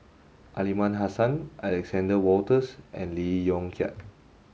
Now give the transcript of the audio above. Aliman Hassan Alexander Wolters and Lee Yong Kiat